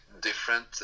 different